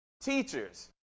teachers